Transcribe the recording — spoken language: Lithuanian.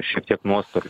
šiek tiek nuostolių